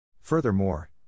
Furthermore